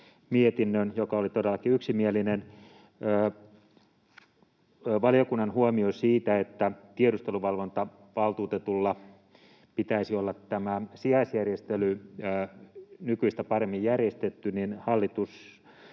mietinnön, joka oli todellakin yksimielinen. Valiokunnan huomioon siitä, että tiedusteluvalvontavaltuutetulla pitäisi olla tämä sijaisjärjestely nykyistä paremmin järjestetty: hallituksen